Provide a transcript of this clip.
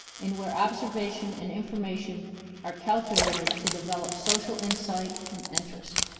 and where observation and information are calculated to develop social insight and interest.